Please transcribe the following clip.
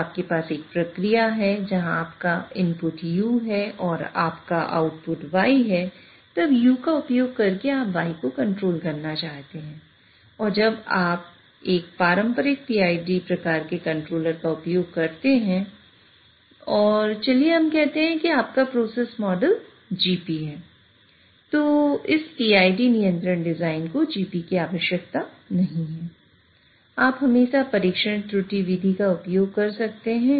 जब आपके पास एक प्रक्रिया है जहां आपका इनपुट u है और आपका आउटपुट y है तब u का उपयोग करके आप y को कंट्रोल करना चाहते हैं और जब आप एक पारंपरिक PID प्रकार के कंट्रोल का उपयोग करते हैं और चलिए हम कहते हैं कि आपका प्रोसेस मॉडल पर निर्भर करता है